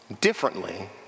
differently